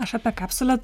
aš apie kapsulę